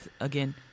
again